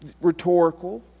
Rhetorical